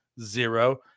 Zero